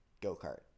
Go-kart